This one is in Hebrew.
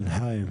כן, חיים.